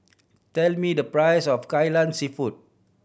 tell me the price of Kai Lan Seafood